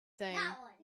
thing